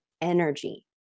energy